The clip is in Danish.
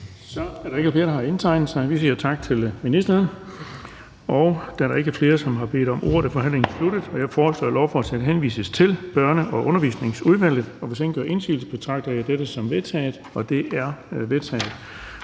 Så er der ikke flere, der har indtegnet sig. Vi siger tak til ministeren. Da der ikke er flere, som har bedt om ordet, er forhandlingen sluttet. Jeg foreslår, at lovforslaget henvises til Børne- og Undervisningsudvalget. Hvis ingen gør indsigelse, betragter jeg dette som vedtaget. Det er vedtaget.